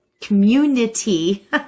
community